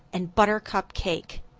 and buttercup cake.